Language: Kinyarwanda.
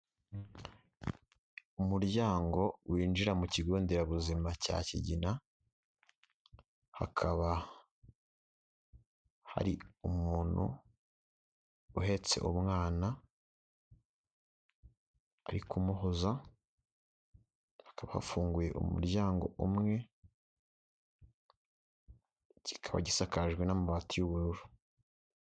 Umuryango winjira mu kigo nderabuzima cya kigina, hakaba hari umuntu uhetse umwana ari kumuhoza hakaba hafunguye umuryango umwe kikaba gisakajwe n'amabati y'ubururu.